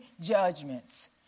judgments